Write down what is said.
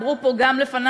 אמרו את זה גם לפני,